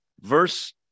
verse